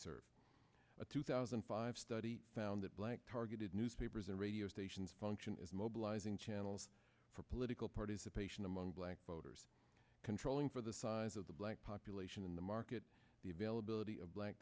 serve a two thousand and five study found that black targeted newspapers and radio stations function as mobilizing channels for political participation among black voters controlling for the size of the black population in the market the availability of black